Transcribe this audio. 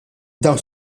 dawn